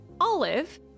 Olive